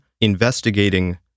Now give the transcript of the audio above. investigating